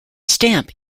stamp